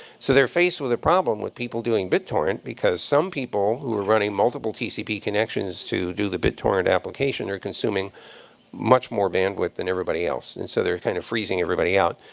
so they're faced with a problem with people doing bittorrent, because some people who are running multiple tcp connections to do the bittorrent application are consuming much more bandwidth than everybody else. and so they're kind of freezing everybody out.